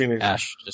Ash